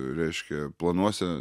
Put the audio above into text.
reiškia planuose